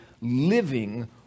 living